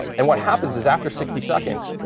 and what happens is after sixty seconds,